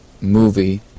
movie